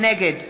נגד